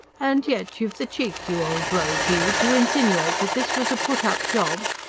and yet you've the cheek, you old rogue you, to insinuate that this was a put-up job?